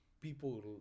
people